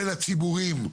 ולציבורים המיוחדים,